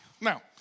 Now